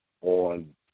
on